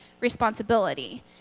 responsibility